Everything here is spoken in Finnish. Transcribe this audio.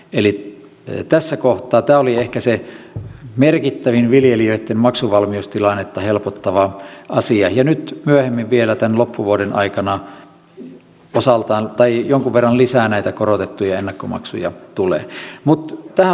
eli tässä kohtaa tämä oli ehkä se merkittävin viljelijöitten maksuvalmiustilannetta helpottava asia ja nyt myöhemmin vielä tämän loppuvuoden aikana jonkun verran lisää näitä korotettuja ennakkomaksuja tulee